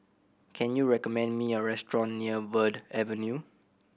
can you recommend me a restaurant near Verde Avenue